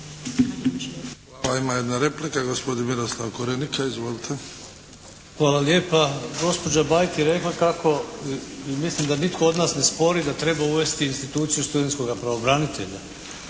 Hvala. Ima jedna replika, gospodin Miroslav Korenika. Izvolite! **Korenika, Miroslav (SDP)** Hvala lijepa. Gospođa Bajt je rekla kako mislim da nitko od nas ne spori da treba uvesti instituciju studentskog pravobranitelja.